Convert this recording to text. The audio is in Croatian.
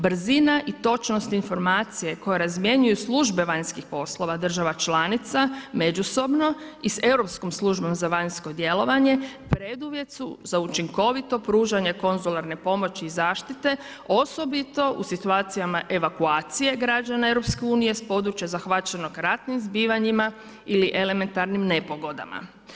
Brzina i točnost informacije koje razmjenjuju službe vanjskih poslova država članica međusobno i s Europskom službom za vanjsko djelovanje, preduvjet su za učinkovito pružanje konzularne pomoći zaštite osobito u situacijama evakuacije građana EU-a s područja zahvaćenog ratnih zbivanjima ili elementarnim nepogodama.